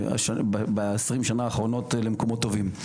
ב-20 השנים האחרונות והוביל למקומות טובים.